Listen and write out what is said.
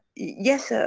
yes, yeah